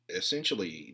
essentially